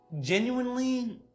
Genuinely